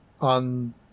on